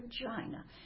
vagina